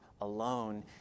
alone